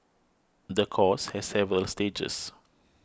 the course has several stages